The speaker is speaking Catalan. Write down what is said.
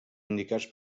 indicats